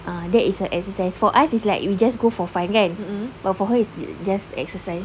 ah that is her exercise for us is like you will just go for fun kan but for her is just exercise